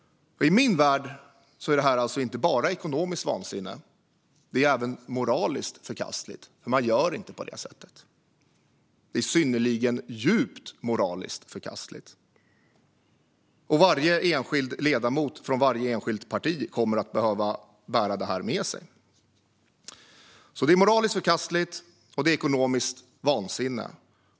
I min värld är detta alltså inte bara ekonomiskt vansinne, utan det är även djupt moraliskt förkastligt. Man gör inte på det sättet. Varje enskild ledamot från varje enskilt parti kommer att behöva bära detta med sig. Det är alltså moraliskt förkastligt, och det är ekonomiskt vansinne.